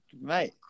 mate